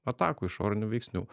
atakų išorinių veiksnių